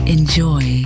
Enjoy